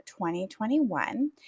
2021